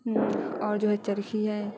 اور جو ہے چرخی ہے